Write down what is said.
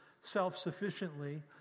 self-sufficiently